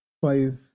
Five